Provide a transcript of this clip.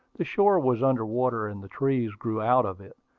the shore was under water, and the trees grew out of it.